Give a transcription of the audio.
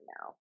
now